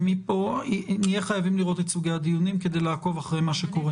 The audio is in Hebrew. ומפה נהיה חייבים לראות את סוגי הדיונים כדי לעקוב אחרי מה שקורה.